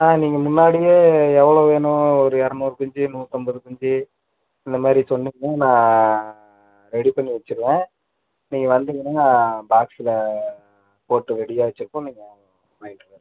ஆ நீங்கள் முன்னாடியே எவ்வளோ வேணும் ஒரு இரநூறு குஞ்சு நூற்றைம்பது குஞ்சு இந்த மாதிரி சொன்னீங்கன்னால் நான் ரெடி பண்ணி வச்சிருவேன் நீங்கள் வந்தீங்கன்னால் நான் பாக்ஸில் போட்டு ரெடியாக வச்சிருப்பேன் நீங்கள் வாங்கிட்டு போயிடலாம்